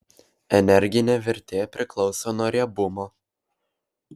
energinė vertė priklauso nuo riebumo